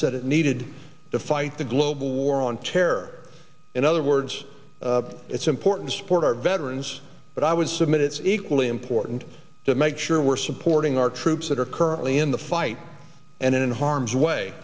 said it needed to fight the global war on terror in other words it's important support our veterans but i would submit it's equally important to make sure we're supporting our troops that are currently in the fight and in harm's way